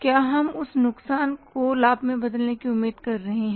क्या हम उस नुकसान को लाभ में बदलने की उम्मीद कर रहे हैं